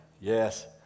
Yes